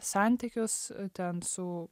santykius ten su